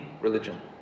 religion